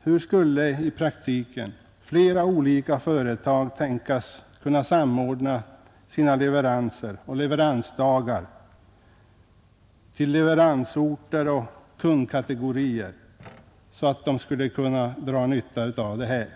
Hur skulle i praktiken flera olika företag tänkas kunna samordna sina leveranser och sina leveransdagar till leveransorter och kundkategorier så att de skulle kunna dra nytta av den möjligheten?